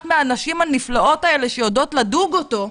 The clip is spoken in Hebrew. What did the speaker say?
הנשים הנפלאות האלה שיודעות לדוג אותו,